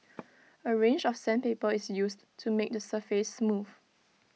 A range of sandpaper is used to make the surface smooth